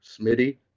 Smitty